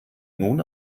nun